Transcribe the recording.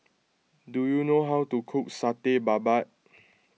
do you know how to cook Satay Babat